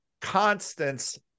constants